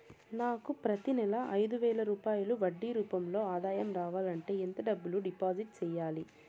నాకు ప్రతి నెల ఐదు వేల రూపాయలు వడ్డీ రూపం లో ఆదాయం రావాలంటే ఎంత డబ్బులు డిపాజిట్లు సెయ్యాలి?